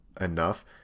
enough